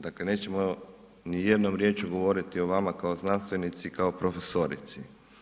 Dakle nećemo nijednom riječju govoriti o vama kao znanstvenici i kao profesorici.